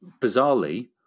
bizarrely